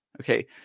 Okay